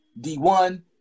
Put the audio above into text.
D1